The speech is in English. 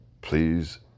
please